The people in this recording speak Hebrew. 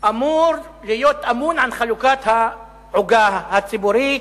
אמור להיות אמון על חלוקת העוגה הציבורית,